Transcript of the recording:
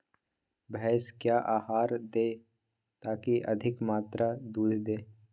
भैंस क्या आहार दे ताकि अधिक मात्रा दूध दे?